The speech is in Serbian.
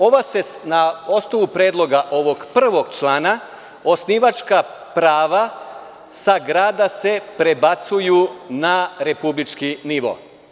Ovo se na osnovu predloga ovog prvog člana, osnivačka prava sa grada se prebacuju na republički nivo.